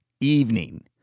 evening